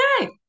okay